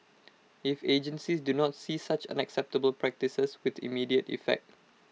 if agencies do not cease such unacceptable practices with immediate effect